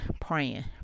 praying